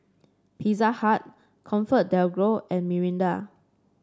Pizza Hut ComfortDelGro and Mirinda